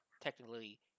technically